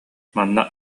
манна